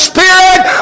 Spirit